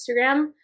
Instagram